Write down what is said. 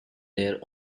their